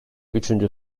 üçüncü